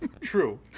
True